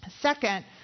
Second